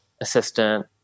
assistant